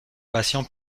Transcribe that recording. patients